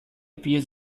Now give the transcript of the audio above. appear